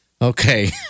Okay